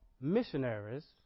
missionaries